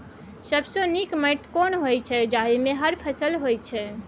सबसे नीक माटी केना होय छै, जाहि मे हर फसल होय छै?